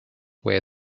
where